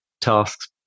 tasks